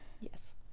Yes